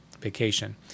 vacation